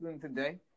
today